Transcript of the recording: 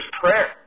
prayer